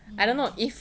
mmhmm